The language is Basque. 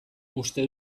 uste